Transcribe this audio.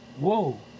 whoa